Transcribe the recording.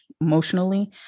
emotionally